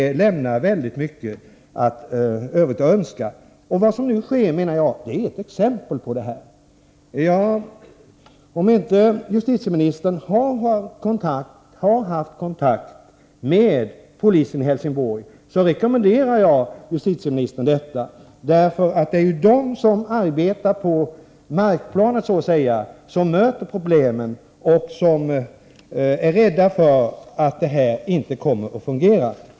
Förverkligandet av målen lämnar mycket | Övrigt att önska. Vad som nu sker med narkotikaroteln i Helsingör är ett exempel på detta. | Om inte justitieministern redan har haft kontakt med polisen i Helsing borg, rekommenderar jag honom att ta en sådan. Det är de som arbetar så att säga på markplanet som möter problemen och som är rädda för att den nya organisationen inte kommer att fungera.